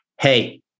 hey